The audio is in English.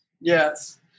Yes